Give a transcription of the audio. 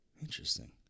Interesting